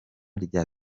rya